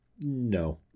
No